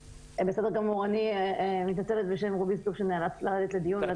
אני מתנצלת בשם רובי זלוף שנאלץ לרדת לדיון.